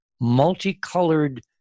multicolored